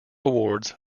awards